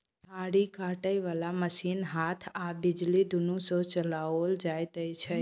झाड़ी के काटय बाला मशीन हाथ आ बिजली दुनू सँ चलाओल जाइत छै